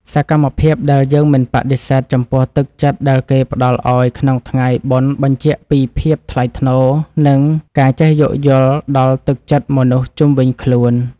សកម្មភាពដែលយើងមិនបដិសេធចំពោះទឹកចិត្តដែលគេផ្តល់ឱ្យក្នុងថ្ងៃបុណ្យបញ្ជាក់ពីភាពថ្លៃថ្នូរ និងការចេះយោគយល់ដល់ទឹកចិត្តមនុស្សជុំវិញខ្លួន។